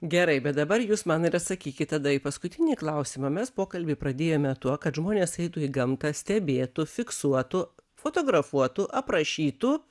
gerai bet dabar jūs man ir atsakykit tada į paskutinį klausimą mes pokalbį pradėjome tuo kad žmonės eitų į gamtą stebėtų fiksuotų fotografuotų aprašytų